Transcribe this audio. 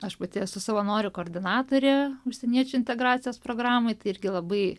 aš pati esu savanorių koordinatorė užsieniečių integracijos programoj tai irgi labai